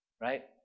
Right